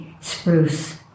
spruce